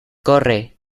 corre